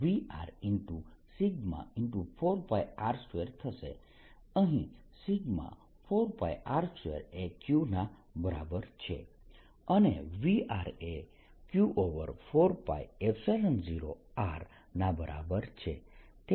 4πR2 એ Q ના બરાબર છે અને VR એ Q4π0Rના બરાબર છે